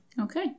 Okay